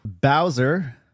Bowser